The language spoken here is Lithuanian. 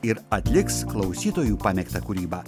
ir atliks klausytojų pamėgtą kūrybą